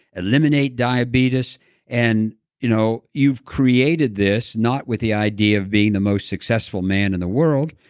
eliminate diabetes and you know you've created this not with the idea of being the most successful man in the world,